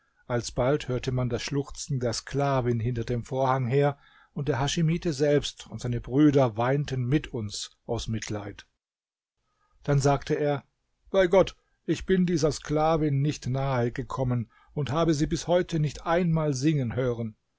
alsbald hörte man das schluchzen der sklavin hinter dem vorhang her und der haschimite selbst und seine brüder weinten mit uns aus mitleid dann sagte er bei gott ich bin dieser sklavin nicht nahe gekommen und habe sie bis heute nicht einmal singen hören